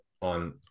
on